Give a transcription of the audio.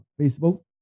Facebook